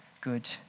good